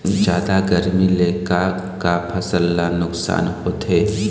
जादा गरमी ले का का फसल ला नुकसान होथे?